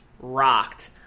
rocked